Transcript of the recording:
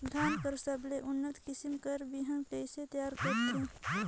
धान कर सबले उन्नत किसम कर बिहान कइसे तियार करथे?